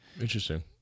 Interesting